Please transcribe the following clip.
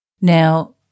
now